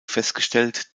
festgestellt